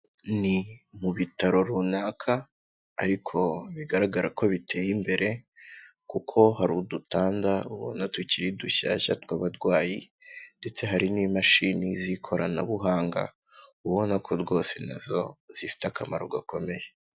Ni mu bitaro runaka ariko bigaragara ko biteye imbere, kuko hari udutanda ubona tukiri dushyashya tw'abarwayi ndetse hari n'imashini z'ikoranabuhanga, ubona ko rwose na zo zifite akamaro gakomeye.